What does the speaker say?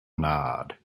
nod